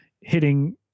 hitting